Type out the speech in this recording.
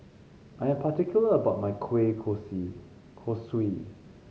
I am particular about my kueh kosui